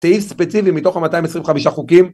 תהיי ספציפי מתוך ה-"225 חוקים"